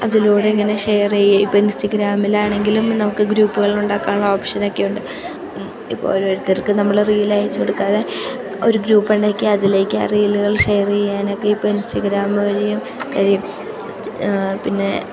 അതിലൂടെ ഇങ്ങനെ ഷെയർ ചെയ്യുക ഇപ്പം ഇൻസ്റ്റഗ്രാമിലാണെങ്കിലും നമുക്ക് ഗ്രൂപ്പുകളുണ്ടാക്കാനുള്ള ഓപ്ഷനൊക്കെ ഉണ്ട് ഇപ്പം ഓരോരുത്തർക്ക് നമ്മൾ റീൽ അയച്ചു കൊടുക്കാതെ ഒരു ഗ്രൂപ്പുണ്ടാക്കി അതിലേക്കാ റീലുകൾ ഷെയർ ചെയ്യാനൊക്കെ ഇപ്പം ഇൻസ്റ്റഗ്രാം വഴിയും കഴിയും പിന്നേ